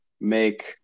make